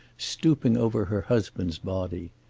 stooping over her husband's body.